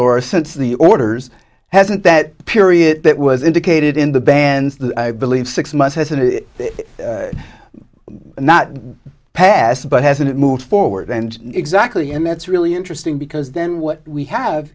or since the orders hasn't that the period that was indicated in the band i believe six months hasn't it not passed but hasn't moved forward and exactly and that's really interesting because then what we have